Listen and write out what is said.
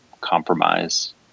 compromise